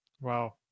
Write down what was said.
Wow